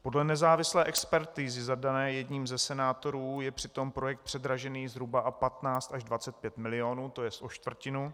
Podle nezávislé expertizy zadané jedním ze senátorů je přitom projekt předražený zhruba o 15 až 25 milionů, tj. o čtvrtinu.